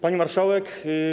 Pani Marszałek!